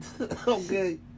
Okay